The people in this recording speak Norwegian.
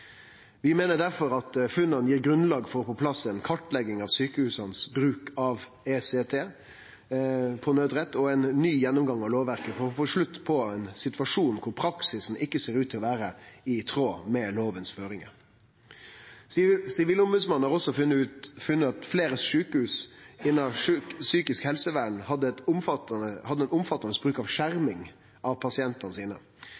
Vi meiner derfor at funna gir grunnlag for å få på plass ei kartlegging av bruken av ECT på nødrett i sjukehusa og ein ny gjennomgang av lovverket for å få slutt på ein situasjon der praksis ikkje ser ut til å vere i tråd med føringane lova gir. Sivilombodsmannen har også funne at fleire sjukehus innan psykisk helsevern hadde ein omfattande bruk av skjerming av pasientane sine.